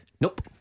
Nope